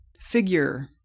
figure